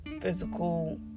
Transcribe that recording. physical